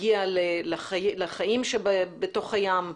מגיע לחיים שבתוך הים,